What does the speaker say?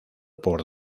por